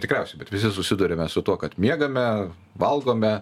tikriausiai bet visi susiduriame su tuo kad miegame valgome